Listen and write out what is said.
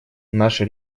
наша